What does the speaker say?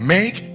Make